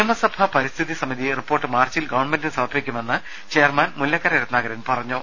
നിയമസഭ പരിസ്ഥിതി സമിതി റിപ്പോർട്ട് മാർച്ചിൽ ഗവൺമെന്റിന് സമർപ്പിക്കുമെന്ന് ചെയർമാൻ മുല്ലക്കര രത്നാകരൻ പറഞ്ഞു